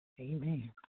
Amen